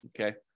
Okay